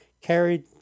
carried